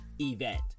event